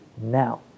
now